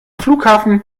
flughafen